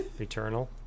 Eternal